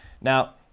Now